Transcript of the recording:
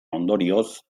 ondorioz